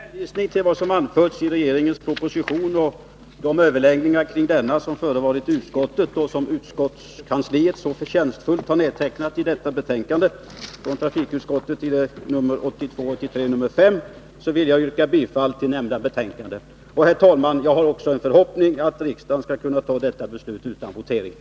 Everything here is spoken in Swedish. Herr talman! Med hänvisning till vad som anförs i regeringens proposition Fredagen den samt de överläggningar kring denna som förevarit i utskottet och som 17 december 1982 utskottskansliet så förtjänstfullt har nedtecknat i detta betänkande från trafikutskottet, nr 1982/83:5, vill jag yrka bifall till hemställan i nämnda för att förbättra Jag har också en förhoppning att riksdagen skall kunna ta detta beslut utan skatteuppbörden